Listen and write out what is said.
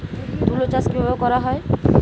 তুলো চাষ কিভাবে করা হয়?